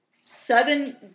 Seven